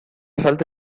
salta